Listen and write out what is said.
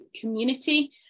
community